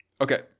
Okay